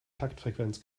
taktfrequenz